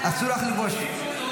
אין צורך לעשות פרובוקציה מיותרת.